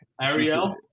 Ariel